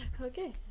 Okay